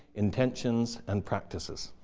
intentions, and practices.